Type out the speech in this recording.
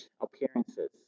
appearances